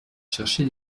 chercher